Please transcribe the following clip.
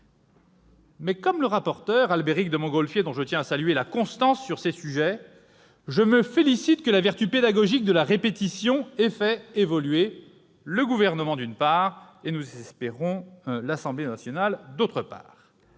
Comme le rapporteur Albéric de Montgolfier, dont je tiens à saluer la constance sur ces sujets, je me félicite du fait que la vertu pédagogique de la répétition ait fait évoluer le Gouvernement, d'une part, et, nous l'espérons, l'Assemblée nationale, d'autre part.